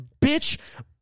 bitch